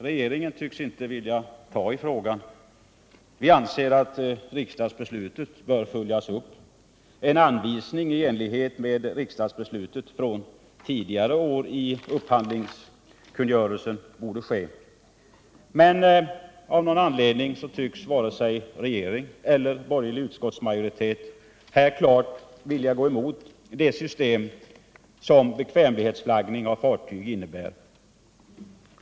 Regeringen tycks inte ens vilja ta i frågan, men vi anser att riksdagsbeslutet bör följas upp. I enlighet med det tidigare riksdagsbeslutet borde en anvisning komma in i upphandlingskungörelsen. Men av någon anledning tycks varken regering eller borgerlig utskottsmajoritet här klart vilja gå emot det system som bekvämlighetsflaggning av fartyg innebär.